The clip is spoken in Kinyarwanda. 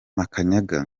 makanyaga